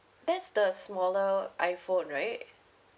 that's the smaller iphone right